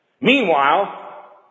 Meanwhile